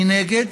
מנגד,